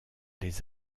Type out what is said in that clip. les